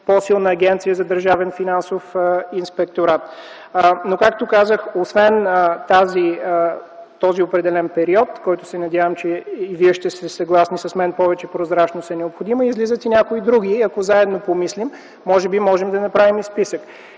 по-силна Агенция за държавен финансов инспекторат. Но както казах, освен този определен период, който се надявам, че и Вие ще сте съгласни – повече прозрачност е необходима, излиза, че и някои други има и ако заедно помислим, може би можем да направим и списък.